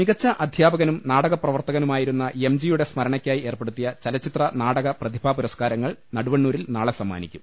മികച്ച അധ്യാപകനും നാടക പ്രവർത്തകനുമായിരുന്ന എം ജിയുടെ സ്മരണക്കായി ഏർപ്പെടുത്തിയ ചലച്ചിത്ര നാടക പ്രതിഭാ പുരസ്കാരങ്ങൾ നടുവണ്ണൂരിൽ നാളെ സമ്മാനിക്കും